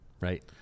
Right